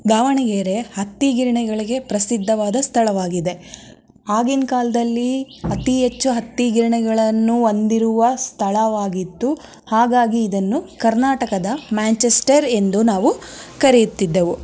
ದಾವಣಗೆರೆ ಹತ್ತಿ ಗಿರಣಿಗಳಿಗೆ ಪ್ರಸಿದ್ಧವಾದ ಸ್ಥಳವಾಗಿದೆ ಆಗಿನ ಕಾಲದಲ್ಲಿ ಅತಿ ಹೆಚ್ಚು ಹತ್ತಿ ಗಿರಣಿಗಳನ್ನು ಹೊಂದಿರುವ ಸ್ಥಳವಾಗಿತ್ತು ಹಾಗಾಗಿ ಇದನ್ನು ಕರ್ನಾಟಕದ ಮ್ಯಾಂಚೆಸ್ಟರ್ ಎಂದು ನಾವು ಕರೆಯುತ್ತಿದ್ದೆವು